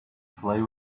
play